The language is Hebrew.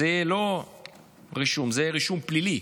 זה לא יהיה רישום, זה יהיה רישום פלילי.